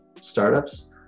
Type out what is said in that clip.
startups